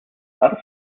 other